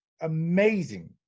amazing